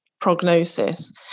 prognosis